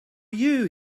you